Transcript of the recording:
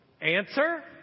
Answer